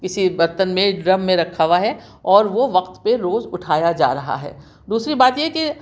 کسی برتن میں ڈرم میں رکھا ہُوا ہے اور وہ وقت پہ روز اُٹھایا جا رہا ہے دوسری بات یہ کہ